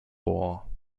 bor